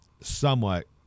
somewhat